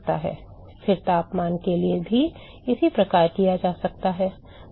स्थिर तापमान के लिए भी इसी प्रकार किया जा सकता है